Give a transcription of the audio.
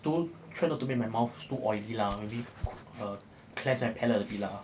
to try not to make my mouth too oily lah maybe to~ err cleanse my palette a bit lah